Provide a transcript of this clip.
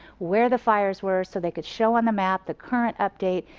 where the fires were so they could show on the map the current update,